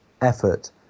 effort